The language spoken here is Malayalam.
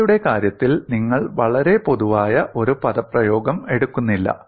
തീറ്റയുടെ കാര്യത്തിൽ നിങ്ങൾ വളരെ പൊതുവായ ഒരു പദപ്രയോഗം എടുക്കുന്നില്ല